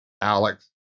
Alex